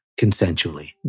consensually